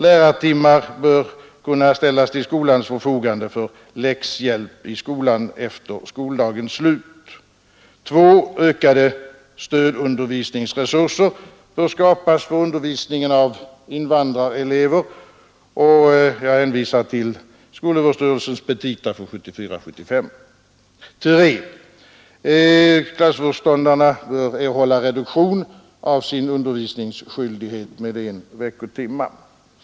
Lärartimmar bör kunna ställas till förfogande för läxhjälp i skolan efter skoldagens slut. 2. Ökade stödundervisningsresurser bör skapas för undervisningen av invandrarelever. Jag hänvisar till skolöverstyrelsens petita för 1974/75. 3. Klassföreståndarna bör erhålla reduktion av sin undervisningsskyldighet med en veckotimme.